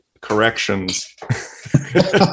corrections